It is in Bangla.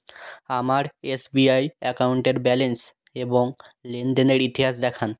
আমার এস বি আই অ্যাকাউন্টের ব্যালেন্স এবং লেনদেনের ইতিহাস দেখান